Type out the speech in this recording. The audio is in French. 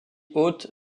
haute